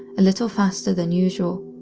a little faster than usual.